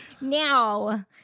Now